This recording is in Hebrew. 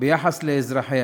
ביחס לאזרחיה,